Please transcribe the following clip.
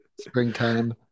Springtime